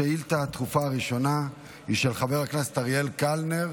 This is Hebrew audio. השאילתה הדחופה הראשונה היא של חבר הכנסת אריאל קלנר,